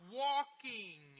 walking